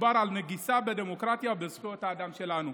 מדובר על נגיסה בדמוקרטיה ובזכויות האדם שלנו.